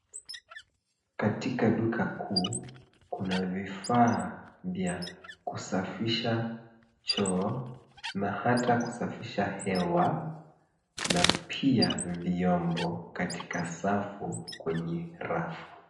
Katika duka kuu kuna vifaa vya kusafisha choo na hata kusafisha hewa na pia vyombo katika safu kwenye rafu.